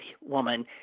woman